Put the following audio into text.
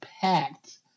packed